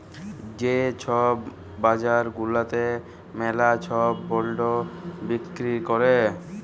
যে ছব বাজার গুলাতে ম্যালা ছব বল্ড বিক্কিরি ক্যরে